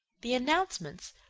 the announcements,